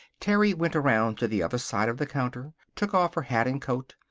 terry went around to the other side of the counter, took off her hat and coat,